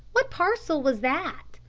what parcel was that?